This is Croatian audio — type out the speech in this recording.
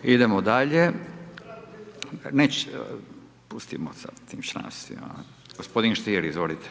(Nezavisni)** Idemo dalje, pustimo sad sa tim članstvima. Gospodin Stier, izvolite.